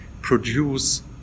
produce